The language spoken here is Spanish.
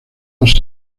dos